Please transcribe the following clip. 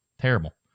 terrible